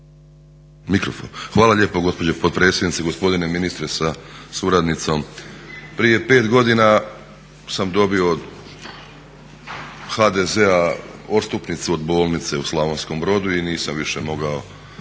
Hvala lijepo gospođo potpredsjednice, gospodine ministre sa suradnicom. Prije 5 godina sam dobio od HDZ-a odstupnicu od bolnice u Slavonskom Brodu i nisam više mogao